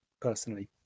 personally